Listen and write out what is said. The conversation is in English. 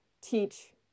teach